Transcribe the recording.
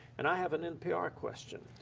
and i have an npr question.